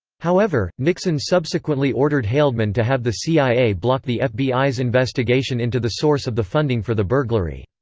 however, nixon subsequently ordered haldeman to have the cia block the fbi's investigation into the source of the funding for the burglary.